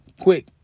quick